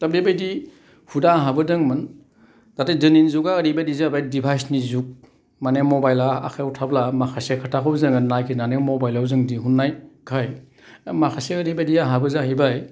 दा बेबायदि हुदा आंहाबो दोंमोन दाथे दिनैनि जुगा ओरैबायदि जाबाय डिभाइसनि जुग माने मबाइला आखाइयाव थाब्ला माखासे खोथाखौ जोङो नागिरनानै मबाइलाव जों दिहुयननायखाय माखासे ओरैबायदि आहाबो जाहैबाय